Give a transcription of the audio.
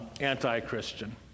anti-Christian